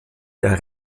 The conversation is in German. der